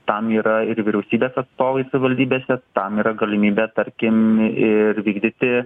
tam yra ir vyriausybės atstovai savivaldybėse tam yra galimybė tarkim ir vykdyti